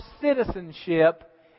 citizenship